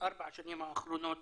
בארבע השנים האחרונות